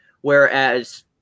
whereas